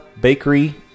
Bakery